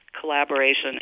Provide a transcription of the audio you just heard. collaboration